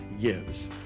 gives